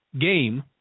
game